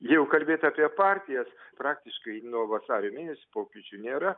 jeigu kalbėt apie partijas praktiškai nuo vasario mėnesio pokyčių nėra